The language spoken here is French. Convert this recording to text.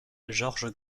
george